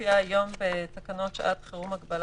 לפרקו צריך לבדוק אם כל אחד רוקד לפי התקן או לא?